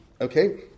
Okay